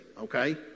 okay